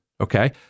Okay